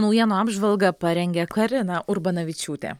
naujienų apžvalgą parengė karina urbanavičiūtė